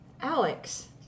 Alex